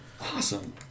Awesome